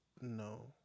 no